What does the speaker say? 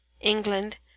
England